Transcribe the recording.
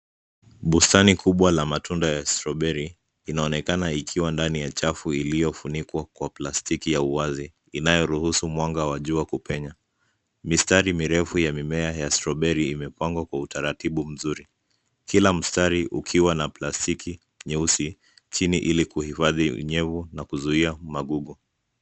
Bustani kubwa la matunda ya [c][strawberry inaonekana ikiwa ndani ya chafu iliyofunikwa kwa plastiki ya uwazi inayoruhusu mwanga wa jua kupenya. Mistari mirefu ya mimea ya strawberry imepangwa kwa utaratibu mzuri kila mstari ukiwa na plastiki nyeusi chini ili kuhifadhi unyevu na kuzuia magugu.